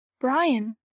Brian